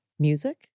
Music